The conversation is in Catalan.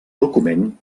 document